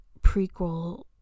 prequel